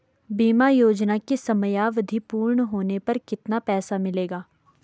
बीमा योजना की समयावधि पूर्ण होने पर कितना पैसा मिलेगा?